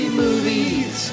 movies